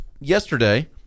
yesterday